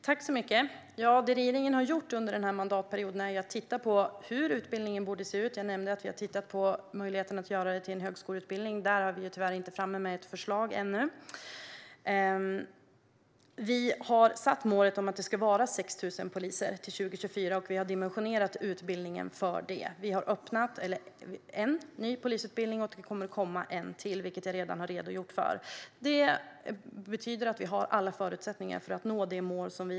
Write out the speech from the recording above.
Fru talman! Det regeringen har gjort under denna mandatperiod är att titta på hur polisutbildningen borde se ut. Jag nämnde att vi har tittat på möjligheten att göra den till en högskoleutbildning. Där har vi tyvärr inte fått fram något förslag ännu. Vi har satt målet att det ska vara 6 000 poliser till 2024, och vi har dimensionerat utbildningen för det. Vi har öppnat en ny polisutbildning, och det kommer att komma en till, vilket jag redan har redogjort för. Det betyder att vi har alla förutsättningar att nå vårt mål.